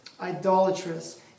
idolatrous